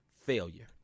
failure